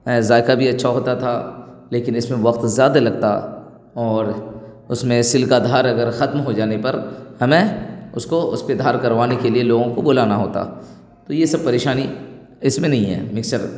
ایں ذائقہ بھی اچھا ہوتا تھا لیکن اس میں وقت زیادہ لگتا اور اس میں سل کا دھار اگر ختم ہو جانے پر ہمیں اس کو اس پہ دھار کروانے کے لیے لوگوں کو بلانا ہوتا تو یہ سب پریشانی اس میں نہیں ہے مکسر